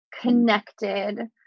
connected